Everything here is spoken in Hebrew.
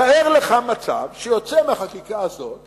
תאר לך מצב שיוצא מהחקיקה הזאת